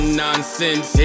nonsense